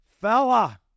Fella